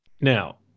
Now